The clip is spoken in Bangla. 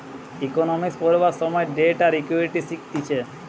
ইকোনোমিক্স পড়বার সময় ডেট আর ইকুইটি শিখতিছে